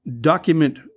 document